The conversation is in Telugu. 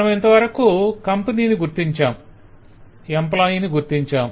మనమింతవరకు 'company' కంపెనీ ని గుర్తించాం 'employee' ఎంప్లాయ్ ని గుర్తించాం